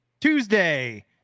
Tuesday